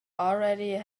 already